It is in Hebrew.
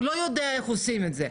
הוא לא יודע איך עושים את זה,